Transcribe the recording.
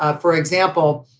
ah for example,